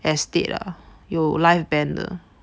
Estate ah 有 live band 的